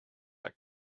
like